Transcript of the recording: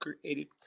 created